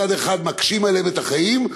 מצד אחד מקשים עליהם את החיים,